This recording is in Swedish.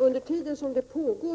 Under den tid då